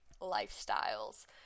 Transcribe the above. lifestyles